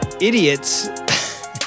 idiots